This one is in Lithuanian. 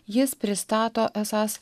jis prisistato esąs